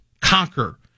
conquer